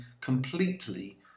completely